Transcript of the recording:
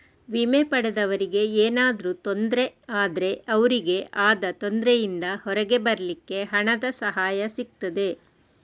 ವಿಮೆ ಪಡೆದವರಿಗೆ ಏನಾದ್ರೂ ತೊಂದ್ರೆ ಆದ್ರೆ ಅವ್ರಿಗೆ ಆದ ತೊಂದ್ರೆಯಿಂದ ಹೊರಗೆ ಬರ್ಲಿಕ್ಕೆ ಹಣದ ಸಹಾಯ ಸಿಗ್ತದೆ